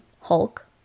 Hulk